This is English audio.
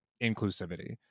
inclusivity